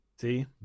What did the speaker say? See